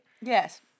Yes